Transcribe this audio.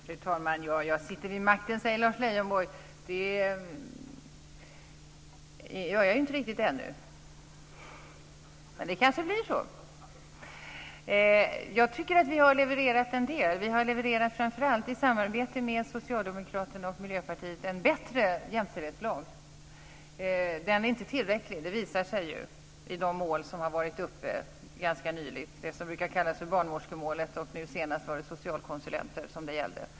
Fru talman! Lars Leijonborg säger att jag sitter vid makten. Det gör jag ju inte riktigt ännu, men det kanske blir så. Jag tycker att vi har levererat en del. Vi har framför allt i samarbete med Socialdemokraterna och Miljöpartiet levererat en bättre jämställdhetslag. Den är inte tillräcklig. Det har ju visat sig i de mål som har varit uppe ganska nyligen. Det visade sig i det som brukar kallas barnmorskemålet, och nu senast var det socialkonsulenter det gällde.